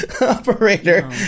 operator